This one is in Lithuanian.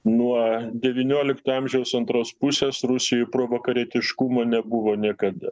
nuo devyniolikto amžiaus antros pusės rusijoj pro vakarietiškumo nebuvo niekada